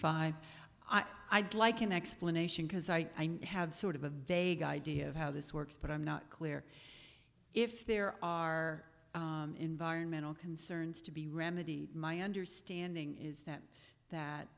five i'd like an explanation because i have sort of a vague idea of how this works but i'm not clear if there are environmental concerns to be remedied my understanding is that that